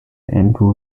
andrew